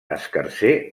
escarser